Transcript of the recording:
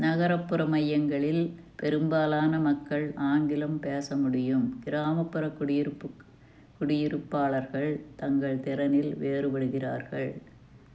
நகரப்புற மையங்களில் பெரும்பாலான மக்கள் ஆங்கிலம் பேச முடியும் கிராமப்புற குடியிருப்புக் குடியிருப்பாளர்கள் தங்கள் திறனில் வேறுபடுகிறார்கள்